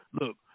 look